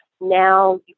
now